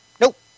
Nope